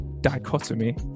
dichotomy